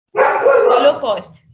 Holocaust